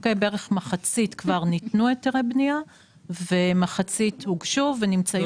בערך מחצית כבר ניתנו היתרי בנייה ומחצית הוגשו ונמצאים בתהליך.